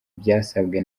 byasabwe